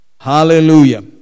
Hallelujah